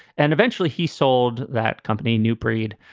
and eventually he sold that company, new breed,